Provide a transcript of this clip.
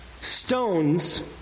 stones